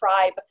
tribe